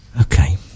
Okay